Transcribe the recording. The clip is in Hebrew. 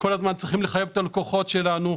כל הזמן צריכים לחייב את הלקוחות שלנו,